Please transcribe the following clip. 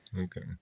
Okay